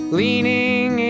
leaning